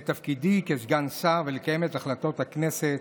את תפקידי כסגן שר ולקיים את החלטות הכנסת.